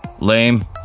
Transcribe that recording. Lame